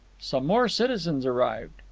some more citizens arrived.